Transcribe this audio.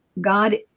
God